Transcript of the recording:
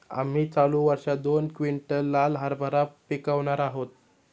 आम्ही चालू वर्षात दोन क्विंटल लाल हरभरा पिकावणार आहोत